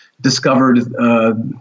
discovered –